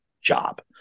job